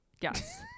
Yes